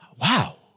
Wow